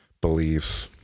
beliefs